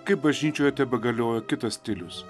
kai bažnyčioje tebegaliojo kitas stilius